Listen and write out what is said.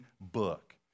book